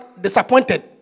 disappointed